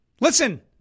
Listen